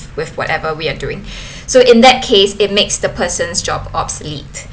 with whatever we are doing so in that case it makes the person's job obsolete